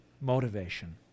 Motivation